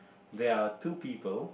there are two people